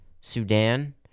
Sudan